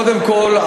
קודם כול,